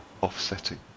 offsetting